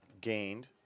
gained